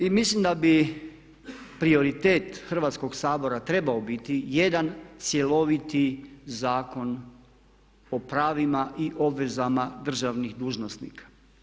I mislim da bi prioritet Hrvatskog sabora trebao biti jedan cjeloviti Zakon o pravima i obvezama državnih dužnosnika.